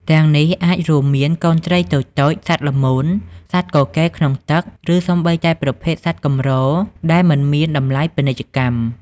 ទាំងនេះអាចរួមមាន កូនត្រីតូចៗ សត្វល្មូន សត្វកកេរក្នុងទឹក ឬសូម្បីតែប្រភេទសត្វកម្រដែលមិនមានតម្លៃពាណិជ្ជកម្ម។